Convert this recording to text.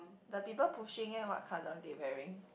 the people pushing eh what color they wearing